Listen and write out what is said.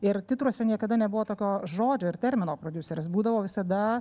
ir titruose niekada nebuvo tokio žodžio ir termino prodiuseris būdavo visada